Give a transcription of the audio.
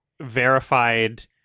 verified